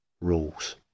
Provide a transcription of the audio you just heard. Rules